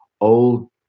old